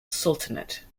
sultanate